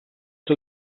que